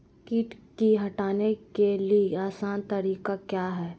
किट की हटाने के ली आसान तरीका क्या है?